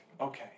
okay